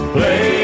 Play